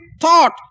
thought